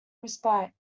respite